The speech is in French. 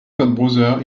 codebrowser